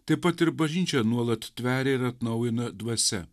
taip pat ir bažnyčią nuolat tveria ir atnaujina dvasia